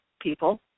people